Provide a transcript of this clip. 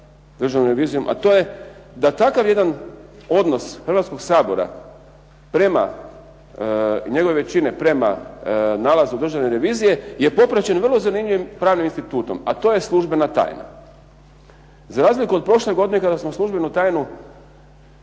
Državnom revizijom, a to je da takav jedan odnos Hrvatskog sabora, njegove većine, prema nalazu Državne revizije je poprečen vrlo zanimljivim pravnim institutom, a to je službena tajna za razliku od prošle godine kada smo službenu tajnu,